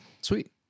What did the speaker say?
Sweet